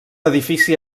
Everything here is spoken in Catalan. edifici